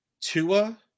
Tua